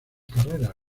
carreras